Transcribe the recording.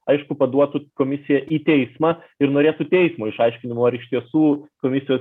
aišku paduotų komisiją į teismą ir norėtų teismo išaiškinimo ar iš tiesų komisijos